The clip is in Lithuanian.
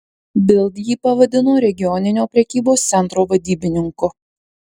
bild jį pavadino regioninio prekybos centro vadybininku